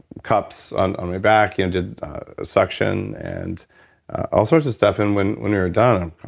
cups on on my back and did suction and all sorts of stuff. and when when you're done, um